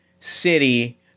city